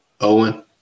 Owen